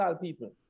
people